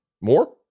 more